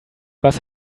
was